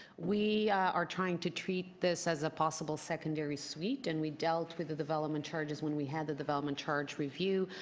we are trying to treat this as a possible secondary suite and we dealt with the development charges when we had the development charge review.